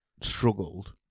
struggled